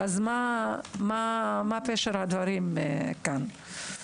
נרצה לדעת מה פשר הדברים כאן.